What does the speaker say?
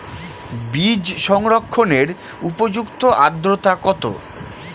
বীজ সংরক্ষণের উপযুক্ত আদ্রতা কত?